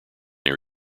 near